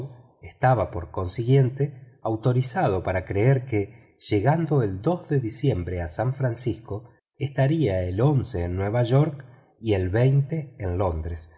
estaba por consiguiente autorizado para creer que llegando el de diciembre a san francisco estaría el en nueva york y el en londres